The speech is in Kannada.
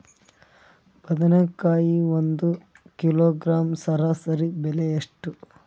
ಬದನೆಕಾಯಿ ಒಂದು ಕಿಲೋಗ್ರಾಂ ಸರಾಸರಿ ಬೆಲೆ ಎಷ್ಟು?